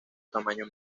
tamaño